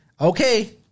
Okay